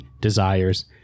desires